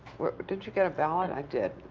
didn't you get a ballot? i did.